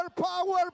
power